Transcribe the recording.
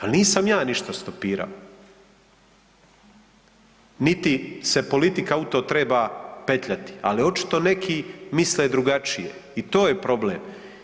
Al nisam ja ništa stopirao, niti se politika u to treba petljati, ali očito neki misle drugačije i to je problem.